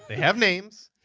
have names,